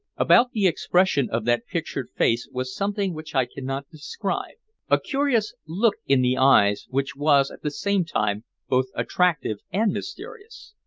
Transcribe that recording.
about the expression of that pictured face was something which i cannot describe a curious look in the eyes which was at the same time both attractive and mysterious.